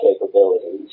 capabilities